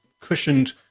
cushioned